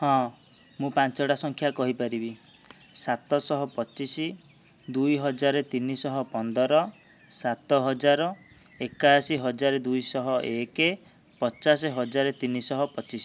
ହଁ ମୁଁ ପାଞ୍ଚଟା ସଂଖ୍ୟା କହିପାରିବି ସାତଶହ ପଚିଶି ଦୁଇ ହଜାର ତିନିଶହ ପନ୍ଦର ସାତହଜାର ଏକାଅଶୀ ହଜାର ଦୁଇଶହ ଏକ ପଚାଶ ହଜାର ତିନିଶହ ପଚିଶି